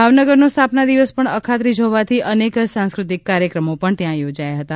ભાવનગરનો સ્થાપના દિવસ પણ અખાત્રિજ હોવાથી અનેક સાંસ્ક્રતિક કાર્યક્રમો યોજાયા હતા